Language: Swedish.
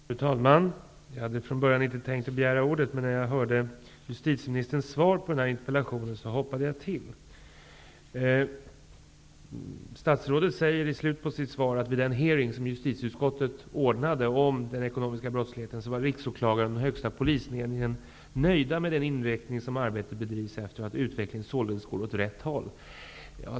Fru talman! Jag hade från början inte tänkt att begära ordet, men när jag hörde justitieministerns svar på den här interpellationen så hoppade jag till. Statsrådet sade i slutet av sitt svar att vid den hearing som justitieutskottet ordnade om den ekonomiska brottsligheten var riksåklagaren och den högsta polisledningen nöjda med den inriktning som arbetet bedrivs efter och att utvecklingen således går åt rätt håll.